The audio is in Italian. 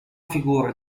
figure